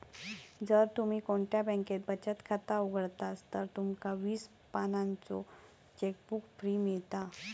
जर तुम्ही कोणत्या बॅन्केत बचत खाता उघडतास तर तुमका वीस पानांचो चेकबुक फ्री मिळता